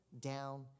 down